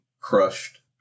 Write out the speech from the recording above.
crushed